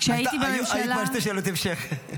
היו כבר שתי שאלות המשך.